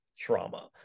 trauma